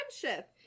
friendship